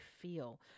feel